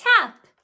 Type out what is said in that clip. tap